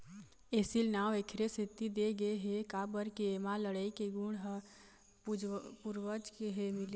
एसील नांव एखरे सेती दे गे हे काबर के एमा लड़ई के गुन ह पूरवज ले मिले हे